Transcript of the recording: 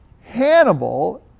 Hannibal